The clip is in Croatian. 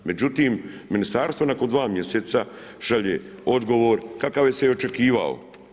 Međutim, Ministarstvo nakon 2 mjeseca šalje odgovor kakav je se i očekivao.